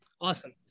Awesome